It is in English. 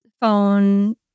phone